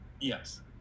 Yes